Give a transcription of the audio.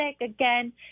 again